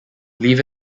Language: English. leave